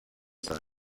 sein